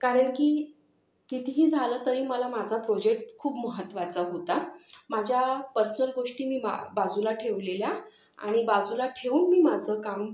कारण की कितीही झालं तरी मला माझा प्रोजेक्ट खूप महत्त्वाचा होता माझ्या पर्सनल गोष्टी मी मा बाजूला ठेवलेल्या आणि बाजूला ठेवून मी माझं काम